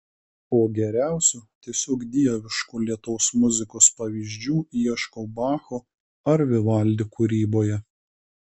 o geriausių tiesiog dieviškų lėtos muzikos pavyzdžių ieškau bacho ar vivaldi kūryboje